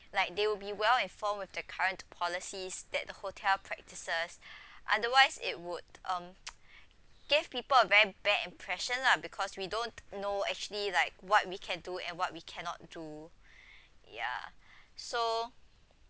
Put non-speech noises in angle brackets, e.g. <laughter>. like they will be well informed with the current policies that the hotel practises <breath> otherwise it would um <noise> give people a very bad impression lah because we don't know actually like what we can do and what we cannot do <breath> ya <breath> so